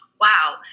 wow